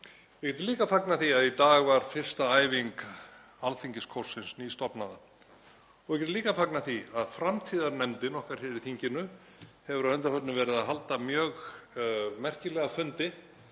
Ég vil líka fagna því að í dag var fyrsta æfing alþingiskórsins nýstofnaða. Ég vil líka fagna því að framtíðarnefndin okkar hér í þinginu hefur að undanförnu verið að halda mjög merkilega fundi